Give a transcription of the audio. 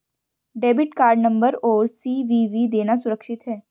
Debit card number और CVV देना सुरक्षित है?